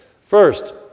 First